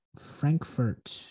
Frankfurt